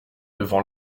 devant